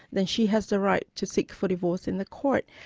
then she has the right to seek for divorce in the court,